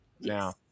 Now